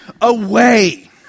away